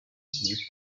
vyitezwe